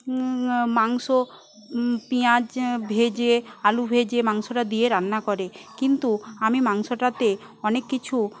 মাংস পেয়াঁজ ভেজে আলু ভেজে মাংসটা দিয়ে রান্না করে কিন্তু আমি মাংসটাতে অনেক কিছু